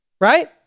Right